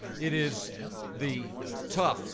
it is the tough